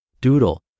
Doodle